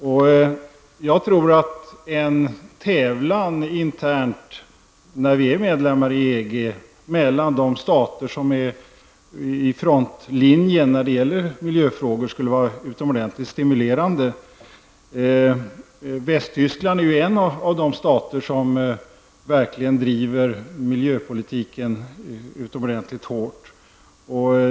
När vi väl är medlem tror jag att en tävlan internt mellan de stater som är i frontlinjen när det gäller miljöfrågorna skulle vara utomordentligt stimulerande. Västtyskland är en av de stater som verkligen driver miljöpolitiken mycket hårt.